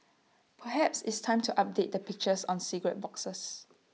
perhaps it's time to update the pictures on cigarette boxes